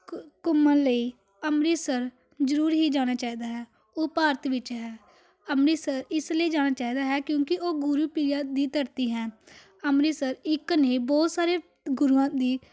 ਘੁ ਘੁੰਮਣ ਲਈ ਅੰਮ੍ਰਿਤਸਰ ਜ਼ਰੂਰ ਹੀ ਜਾਣਾ ਚਾਹੀਦਾ ਹੈ ਉਹ ਭਾਰਤ ਵਿੱਚ ਹੈ ਅੰਮ੍ਰਿਤਸਰ ਇਸ ਲਈ ਜਾਣਾ ਚਾਹੀਦਾ ਹੈ ਕਿਉਂਕਿ ਉਹ ਗੁਰੂ ਪੀਰਾਂ ਦੀ ਧਰਤੀ ਹੈ ਅੰਮ੍ਰਿਤਸਰ ਇੱਕ ਨਹੀਂ ਬਹੁਤ ਸਾਰੇ ਗੁਰੂਆਂ ਦੀ